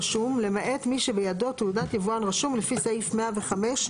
למעט מי שיש בידו תעודת יבואן רשום לפי סעיף 105,